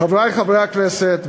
חברי חברי הכנסת,